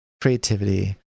creativity